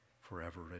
forever